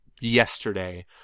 yesterday